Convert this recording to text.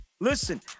Listen